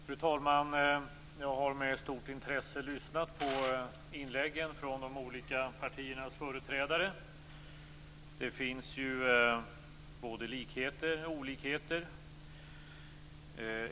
Fru talman! Jag har med stort intresse lyssnat på inläggen från de olika partiernas företrädare. Det finns ju både likheter och olikheter.